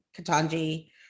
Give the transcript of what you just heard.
katanji